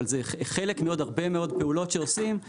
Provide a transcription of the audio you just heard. אבל הרבה מאוד פעולות שעושים,